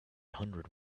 hundred